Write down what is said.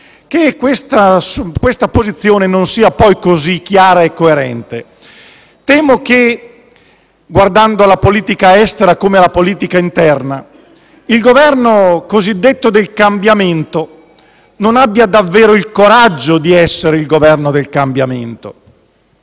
che questa posizione non sia, poi, così chiara e coerente. Temo che, guardando alla politica estera come alla politica interna, il Governo cosiddetto del cambiamento non abbia davvero il coraggio di essere il Governo del cambiamento.